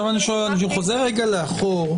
אני חוזר רגע לאחור,